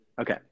Okay